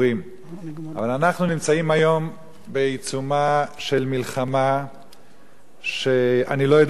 אבל אנחנו נמצאים היום בעיצומה של מלחמה שאני לא יודע את תוצאותיה,